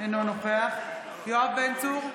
אינו נוכח יואב בן צור,